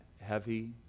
heavy